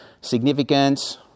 significance